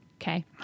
Okay